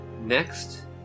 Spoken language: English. next